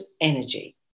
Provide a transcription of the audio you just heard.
Energy